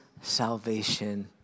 salvation